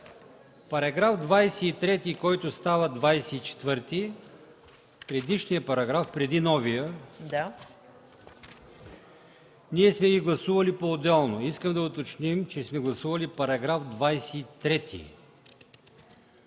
Параграф 23, който става § 24 – предишният параграф, преди новия, сме ги гласували поотделно. Искам да уточним, че сме гласували § 23,